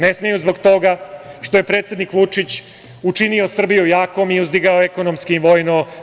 Ne smeju zbog toga što je predsednik Vučić učinio Srbiju jakom i uzdigao je ekonomski i vojno.